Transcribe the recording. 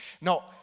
No